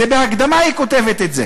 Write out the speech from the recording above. בהקדמה היא כותבת את זה